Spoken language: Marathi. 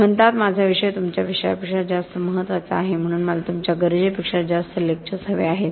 ते म्हणतात माझा विषय तुमच्या विषयापेक्षा जास्त महत्वाचा आहे म्हणून मला तुमच्या गरजेपेक्षा जास्त लेक्चर्स हवे आहेत